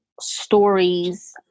stories